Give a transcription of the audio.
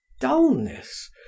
dullness